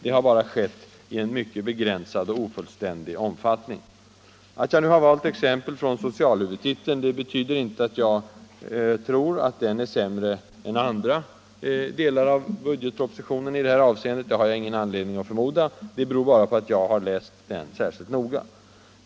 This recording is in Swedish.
Det har bara skett i mycket begränsad och ofullständig omfattning. Att jag nu har valt exempel från socialhuvudtiteln betyder inte att jag tror att den är sämre än andra delar av budgetpropositionen i detta avseende. Det har jag ingen anledning att förmoda. Det beror bara på att jag har läst den särskilt noga.